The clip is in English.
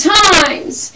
times